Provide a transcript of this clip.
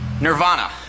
Nirvana